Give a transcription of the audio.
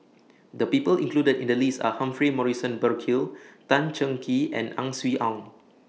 The People included in The list Are Humphrey Morrison Burkill Tan Cheng Kee and Ang Swee Aun